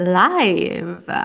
live